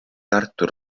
tartu